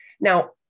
Now